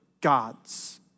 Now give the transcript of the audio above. gods